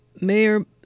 Mayor